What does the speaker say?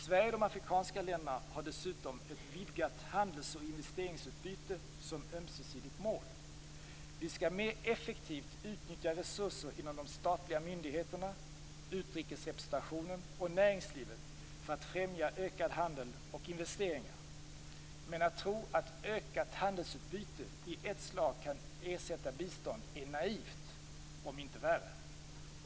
Sverige och de afrikanska länderna har dessutom ett vidgat handels och investeringsutbyte som ömsesidigt mål. Vi skall mer effektivt utnyttja resurser inom de statliga myndigheterna, utrikesrepresentationen, och näringslivet för att främja ökad handel och investeringar. Men att tro att ökat handelsutbyte i ett slag kan ersätta bistånd är naivt - om inte värre.